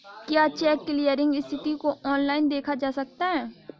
क्या cheque clearing स्थिति को ऑनलाइन देखा जा सकता है?